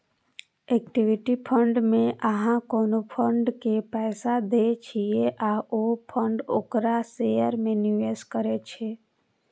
equity fund मे अहां कोनो फंड के पैसा दै छियै आ ओ फंड ओकरा शेयर मे निवेश करै छै